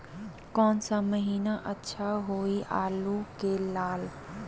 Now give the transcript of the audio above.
कौन सा महीना अच्छा होइ आलू के ला?